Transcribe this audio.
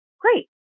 great